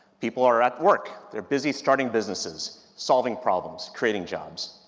people are at work. they're busy starting businesses, solving problems, creating jobs.